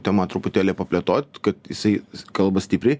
temą truputėlį plėtot kad jisai kalba stipriai